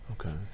Okay